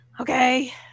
Okay